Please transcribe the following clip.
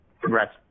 congrats